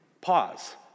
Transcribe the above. Pause